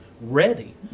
ready